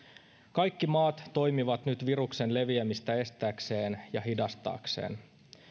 kaikki maat toimivat nyt viruksen leviämistä estääkseen ja hidastaakseen